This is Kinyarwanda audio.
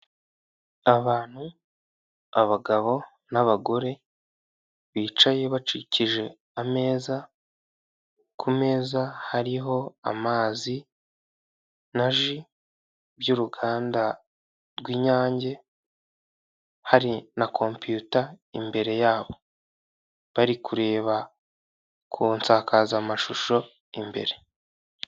Abantu, abagabo n'abagore bicaye bakikije ameza, ku meza hariho amazi na ji by'uruganda rw'inyange hari na kompiyuta imbere yabo, bari kureba ku nsakazamashusho imbere.